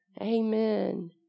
Amen